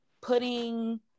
putting